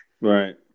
right